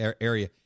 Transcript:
area